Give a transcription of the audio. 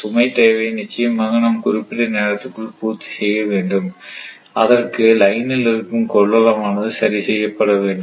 சுமை தேவையை நிச்சயமாக நாம் குறிப்பிட்ட நேரத்திற்குள் பூர்த்தி செய்ய வேண்டும் அதற்கு லைனில் இருக்கும் கொள்ளளவானது சரிசெய்யப்பட வேண்டும்